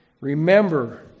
Remember